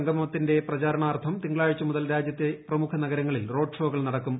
സംഗമത്തിന്റെ പ്രചരണാർത്ഥം തിങ്കളാഴ്ച മുതൽ രാജ്യത്തെ പ്രമുഖ നഗരങ്ങളിൽ റോഡ്ഷോകൾ നടക്കും